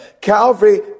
Calvary